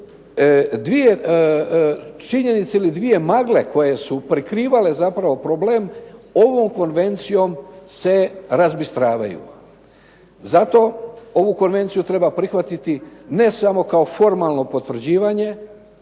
dvije činjenice ili dvije magle koje su prikrivale zapravo problem ovom konvencijom se razbistravaju. Zato ovu konvenciju treba prihvatiti ne samo kao formalno potvrđivanje,